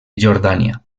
jordània